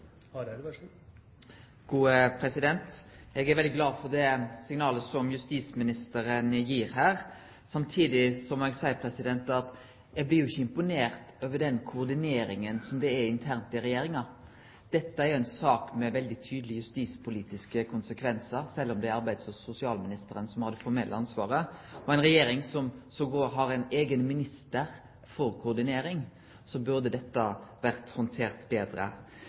Eg er veldig glad for det signalet som justisministeren gir her. Samtidig må eg seie at eg ikkje blir imponert over koordineringa internt i Regjeringa. Dette er ei sak med veldig tydelege justispolitiske konsekvensar, sjølv om det er arbeids- og sosialministeren som har det formelle ansvaret. I ei regjering som attpåtil har ein eigen minister for koordinering, burde dette vore handtert betre.